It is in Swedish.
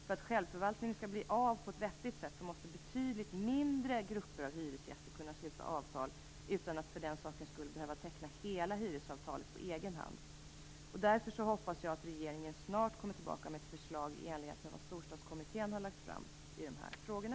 För att självförvaltning skall bli av på ett vettigt sätt måste betydligt mindre grupper av hyresgäster kunna sluta avtal utan att för den skull behöva teckna hela hyresavtalet på egen hand. Därför hoppas jag att regeringen snart kommer tillbaka med ett förslag i enlighet med det som Storstadskommittén har lagt fram i de här frågorna.